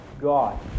God